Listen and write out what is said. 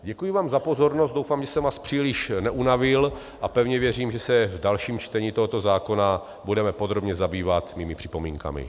Děkuji vám za pozornost, doufám, že jsem vás příliš neunavil a pevně věřím, že se v dalším čtení tohoto zákona budeme podrobně zabývat mými připomínkami.